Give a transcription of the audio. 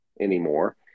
anymore